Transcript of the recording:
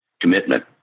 commitment